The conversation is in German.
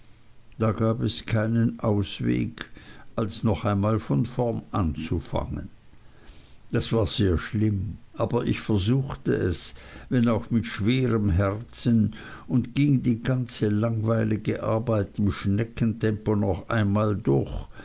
da gab es keinen ausweg als noch einmal von vorn anzufangen das war sehr schlimm aber ich versuchte es wenn auch mit schwerem herzen und ging die ganze langweilige arbeit im schneckentempo noch einmal durch